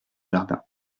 jardin